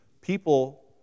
people